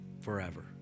forever